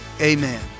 amen